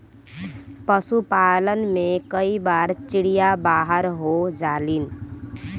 पशुपालन में कई बार चिड़िया बाहर हो जालिन